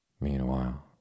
Meanwhile